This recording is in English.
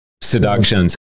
seductions